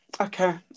Okay